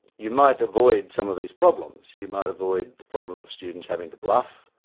you might avoid some of these problems. you might avoid the problem of students having to bluff,